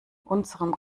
unserem